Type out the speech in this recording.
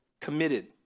committed